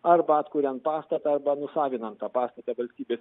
arba atkuriant pastatą arba nusavinant tą pastatą valstybės